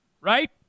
right